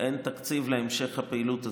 אין תקציב להמשך הפעילות הזאת,